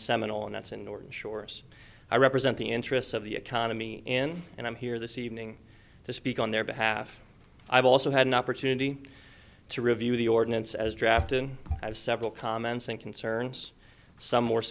seminal and that's in norton shores i represent the interests of the economy in and i'm here this evening to speak on their behalf i've also had an opportunity to review the ordinance as drafted have several comments and concerns some more